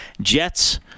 Jets